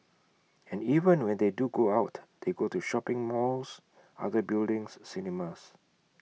and even when they do go out they go to shopping malls other buildings cinemas